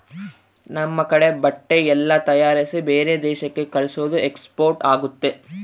ನಮ್ ಕಡೆ ಬಟ್ಟೆ ಎಲ್ಲ ತಯಾರಿಸಿ ಬೇರೆ ದೇಶಕ್ಕೆ ಕಲ್ಸೋದು ಎಕ್ಸ್ಪೋರ್ಟ್ ಆಗುತ್ತೆ